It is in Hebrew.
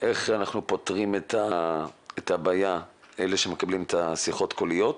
איך אנחנו פותרים את הבעיה של אלה שמקבלים את השיחות הקוליות,